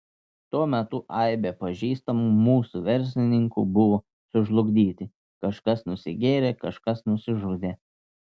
tuo metu aibė pažįstamų mūsų verslininkų buvo sužlugdyti kažkas nusigėrė kažkas nusižudė